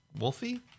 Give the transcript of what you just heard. Wolfie